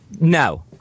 No